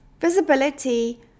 Visibility